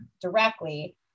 directly